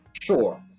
sure